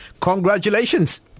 congratulations